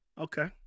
Okay